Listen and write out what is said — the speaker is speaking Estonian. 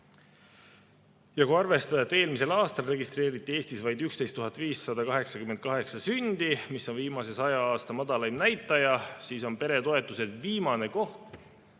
Kui arvestada, et eelmisel aastal registreeriti Eestis vaid 11 588 sündi, mis on viimase saja aasta madalaim näitaja, on peretoetused viimane koht,